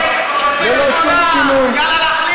הוא שופט בוגד, שופט שמאלן, יאללה להחליף.